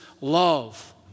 love